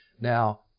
Now